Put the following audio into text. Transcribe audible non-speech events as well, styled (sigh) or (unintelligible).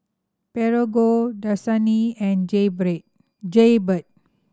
Prego Dasani and (unintelligible) Jaybird